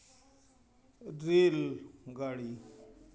rail ᱜᱟᱹᱲᱤ